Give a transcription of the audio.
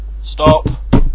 Stop